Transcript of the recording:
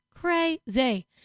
Crazy